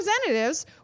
representatives